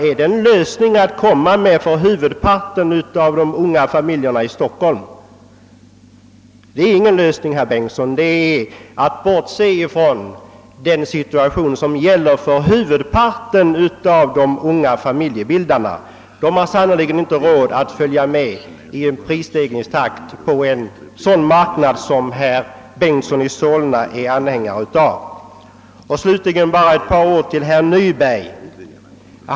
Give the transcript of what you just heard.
Är det en lösning för huvudparten av de unga familjerna i Stockholm? Det är ingen lösning. Det innebär att man bortser ifrån den ekonomiska situation som gäller för huvudparten av de unga familjebildarna. De har sannerligen inte råd att följa med i en prisstegringstakt på en sådan marknad som herr Bengtson i Solna är anhängare av. Slutligen bara ett par ord till herr Nyberg.